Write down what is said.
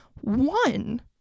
one